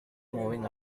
moving